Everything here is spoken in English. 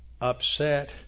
upset